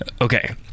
Okay